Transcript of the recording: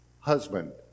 husband